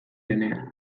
denean